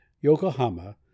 Yokohama